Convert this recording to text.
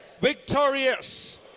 victorious